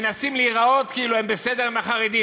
מנסים להיראות כאילו הם בסדר עם החרדים.